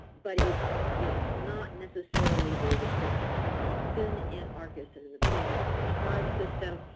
but it's it's not necessarily very descriptive. often in arcis and in the previous nars five system,